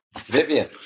Vivian